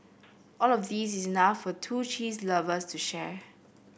all of these is enough for two cheese lovers to share